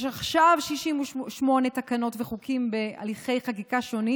יש עכשיו 68 תקנות וחוקים בהליכי חקיקה שונים.